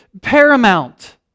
paramount